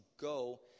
go